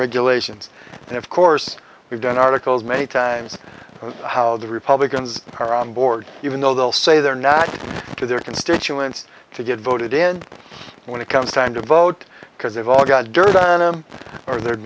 regulations and of course we've done articles many times how the republicans are on board even though they'll say they're not to their constituents to get voted in and when it comes time to vote because they've all got dirt on them or the